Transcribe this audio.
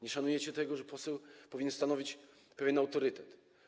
Nie szanujecie tego, że poseł powinien stanowić pewien autorytet.